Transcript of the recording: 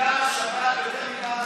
כיכר השבת יותר מפעם אחת,